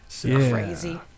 Crazy